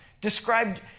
described